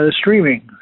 streaming